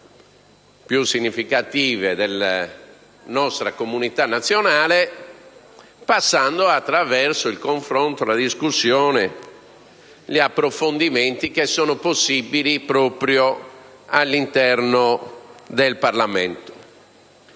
più significative, della nostra comunità nazionale, passando attraverso il confronto, la discussione e gli approfondimenti, che sono possibili proprio al suo interno. Questo